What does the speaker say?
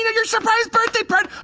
your surprise birthday party.